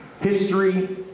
history